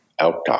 outtalk